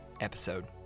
episode